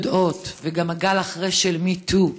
יודעות, וגם אחרי הגל של MeToo,